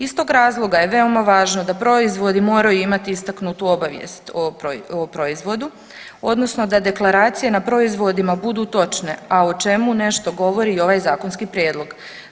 Iz tog razloga je veoma važno da proizvodi moraju imati istaknutu obavijest o proizvodu odnosno da deklaracije na proizvodima budu točne, a o čemu nešto govori i ovaj zakonski prijedlog.